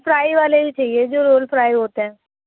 fry واہے ہی چاہیے جو رول فرائی ہوتے ہیں